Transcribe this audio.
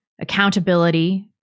accountability